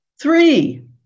Three